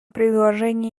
предложении